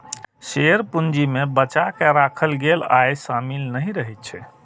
share पूंजी मे बचा कें राखल गेल आय शामिल नहि रहै छै